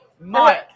Mike